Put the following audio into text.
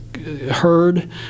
Heard